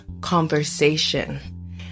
conversation